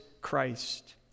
Christ